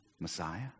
messiah